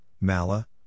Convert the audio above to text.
Mala